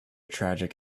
tragic